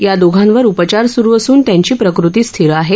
या दोघांवर उपचार स्रू असून त्यांची प्रकती स्थिर आहे